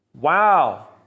Wow